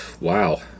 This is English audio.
Wow